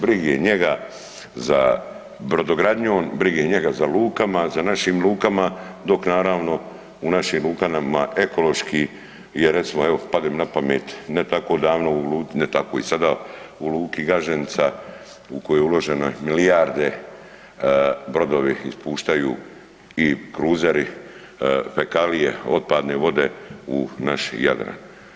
Brige njega za brodogradnjom, brige njega za lukama, za našim lukama dok naravno u našim lukama ekološki je recimo evo pade mi na pamet ne tako davno, ne tako i sada u luki Gaženica u koju je uloženo milijarde brodovi ispuštaju i kruzeri fekalije otpadne vode u naš Jadran.